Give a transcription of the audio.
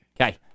Okay